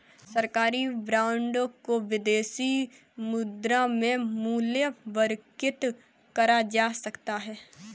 सरकारी बॉन्ड को विदेशी मुद्रा में मूल्यवर्गित करा जा सकता है